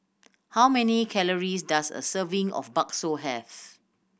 how many calories does a serving of Bakso have